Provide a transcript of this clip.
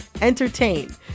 entertain